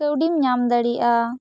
ᱠᱟᱹᱣᱰᱤᱢ ᱧᱟᱢ ᱫᱟᱲᱮᱭᱟᱜᱼᱟ